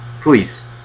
Please